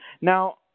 Now